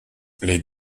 les